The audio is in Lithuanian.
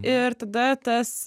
ir tada tas